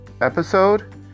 episode